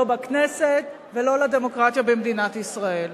לא לכנסת ולא לדמוקרטיה במדינת ישראל.